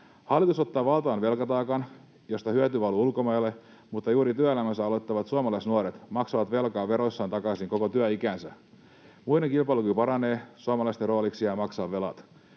Hallitus ottaa valtavan velkataakan, josta hyöty valuu ulkomaille, mutta juuri työelämänsä aloittavat suomalaisnuoret maksavat velkaa veroissaan takaisin koko työikänsä. Muiden kilpailukyky paranee, suomalaisten rooliksi jää maksaa velat.